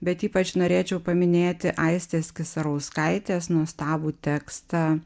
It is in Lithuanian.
bet ypač norėčiau paminėti aistės kisarauskaitės nuostabų tekstą